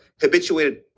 habituated